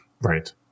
right